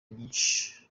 nyinshi